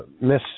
Miss